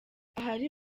ahari